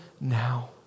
now